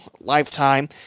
lifetime